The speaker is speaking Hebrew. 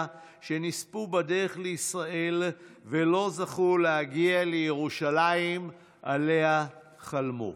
שנספו בדרך לישראל ולא זכו להגיע לירושלים שעליה חלמו.